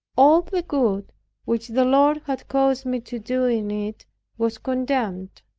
all the good which the lord had caused me to do in it was condemned,